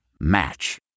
Match